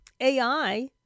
AI